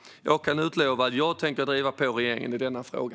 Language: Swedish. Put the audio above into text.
Jag kan utlova att jag tänker driva på regeringen i denna fråga.